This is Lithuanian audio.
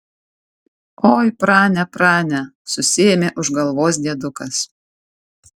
oi prane prane susiėmė už galvos diedukas